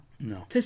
No